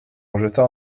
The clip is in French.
rejeta